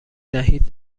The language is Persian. دهید